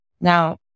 Now